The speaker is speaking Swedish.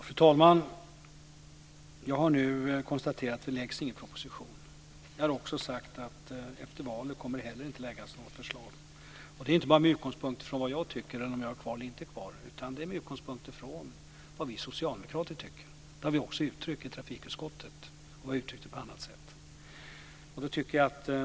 Fru talman! Jag har nu konstaterat att jag inte kommer att lägga fram någon proposition. Jag har också sagt att det inte heller efter valet kommer att läggas fram något förslag. Det är inte bara med utgångspunkt från vad jag tycker eller om jag är kvar. Det är med utgångspunkt från vad vi socialdemokrater tycker. Det har vi också uttryckt i trafikutskottet och på annat sätt.